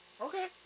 Okay